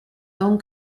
own